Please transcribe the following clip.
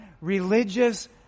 religious